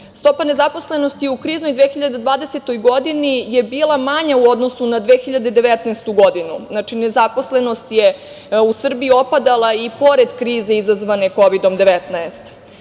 Stopa nezaposlenosti u kriznoj 2020. godini je bila manja u odnosu na 2019. godinu. Znači, nezaposlenost je u Srbiji opadala i pored krize izazvane Kovidom-19.